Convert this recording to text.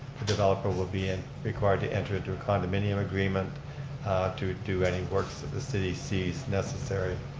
the developer will be in required to enter into a condominium agreement to do any works of the city sees necessary.